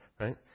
Right